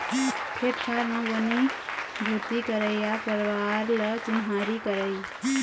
खेत खार म बनी भूथी करइया परवार ल चिन्हारी करई